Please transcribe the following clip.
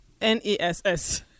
N-E-S-S